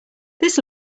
this